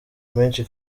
menshi